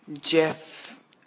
Jeff